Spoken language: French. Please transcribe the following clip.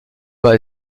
pas